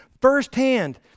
firsthand